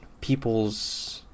people's